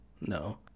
no